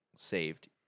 Saved